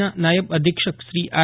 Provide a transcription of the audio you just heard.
ના નાયબ અધિક્ષક શ્રી આર